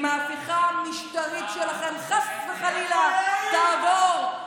אם ההפיכה המשטרית שלכם חס וחלילה תעבור,